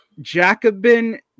Jacobin